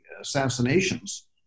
assassinations